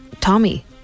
Tommy